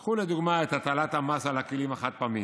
קחו, לדוגמה, את הטלת המס על הכלים החד-פעמיים.